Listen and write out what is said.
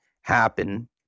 happen